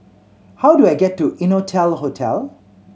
how do I get to Innotel Hotel